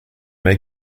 may